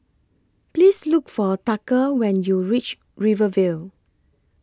Please Look For Tucker when YOU REACH Rivervale